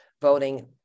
voting